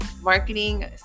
Marketing